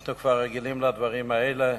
אנחנו כבר רגילים לדברים האלה,